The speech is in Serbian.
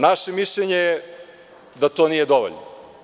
Naše mišljenje je da to nije dovoljno.